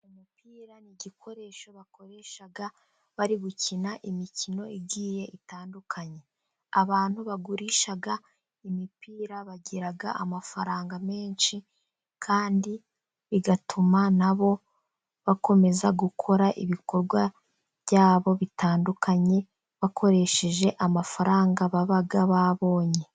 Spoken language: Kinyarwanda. Umupira nI igikoresho bakoresha bari gukina imikino igiye itandukanye. Abantu bagurisha imipira bagira amafaranga menshi, kandi bigatuma na bo bakomeza gukora ibikorwa bya bo bitandukanye, bakoresheje amafaranga baba babonye.